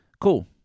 Cool